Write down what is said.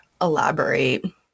elaborate